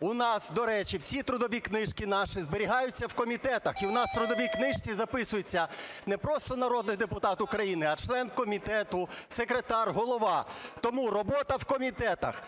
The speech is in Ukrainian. У нас, до речі, всі трудові книжки наші зберігаються в комітетах, і у нас в трудовій книжці записується: не просто народний депутат України, а член комітет, секретар, голова. Тому робота в комітетах